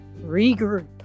regroup